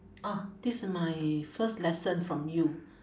ah this my first lesson from you